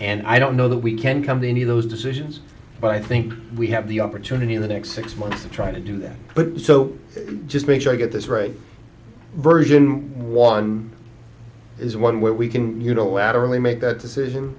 and i don't know that we can come to any of those decisions but i think we have the opportunity in the next six months to try to do that but so just make sure i get this right version one is one where we can unilaterally make that decision